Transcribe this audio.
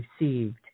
received